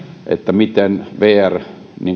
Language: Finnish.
miten vr